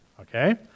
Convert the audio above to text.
Okay